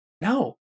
No